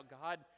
God